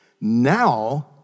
now